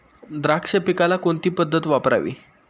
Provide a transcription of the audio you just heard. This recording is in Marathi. द्राक्ष पिकाला कोणती पद्धत वापरावी?